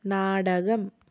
നാടകം